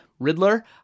Riddler